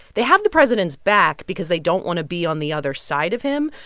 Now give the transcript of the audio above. they have the president's back because they don't want to be on the other side of him.